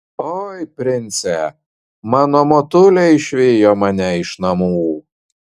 oi prince mano motulė išvijo mane iš namų